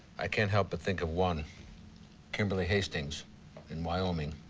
i can't help but think of one kimberly hastings in wyomi.